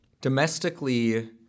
Domestically